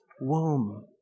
womb